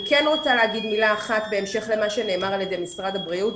אני רוצה להגיד מילה אחת בהמשך למה שנאמר על ידי משרד הבריאות.